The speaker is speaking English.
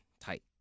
tight